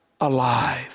alive